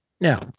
Now